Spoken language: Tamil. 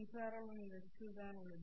மின்சார புலம் இந்த அச்சில் தான் உள்ளது